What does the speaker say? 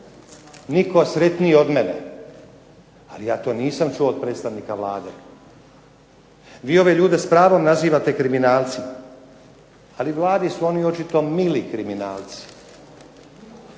Nitko sretniji od mene, ali ja to nisam čuo od predstavnika Vlade. Vi ove ljude s pravom nazivate kriminalcima, ali Vladi su oni očito mili kriminalci.